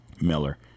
Miller